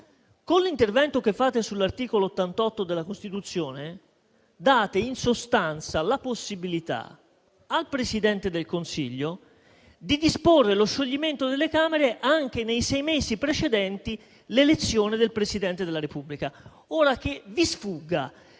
Con l'intervento che fate sull'articolo 88 della Costituzione date, in sostanza, la possibilità al Presidente del Consiglio di disporre lo scioglimento delle Camere anche nei sei mesi precedenti l'elezione del Presidente della Repubblica. Ora, che vi sfugga